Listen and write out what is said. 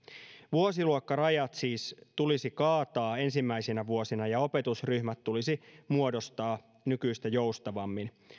vuosiluokkarajat siis tulisi kaataa ensimmäisinä vuosina ja opetusryhmät tulisi muodostaa nykyistä joustavammin